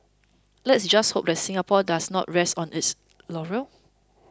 let's just hope that Singapore does not rest on its laurels